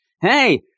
Hey